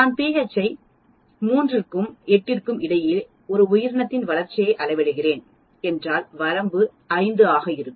நான் pH 3 மற்றும் 8 க்கு இடையில் ஒரு உயிரினத்தின் வளர்ச்சியை அளவிடுகிறேன் என்றால் வரம்பு 5 ஆக இருக்கும்